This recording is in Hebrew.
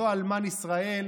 "לא אלמן ישראל",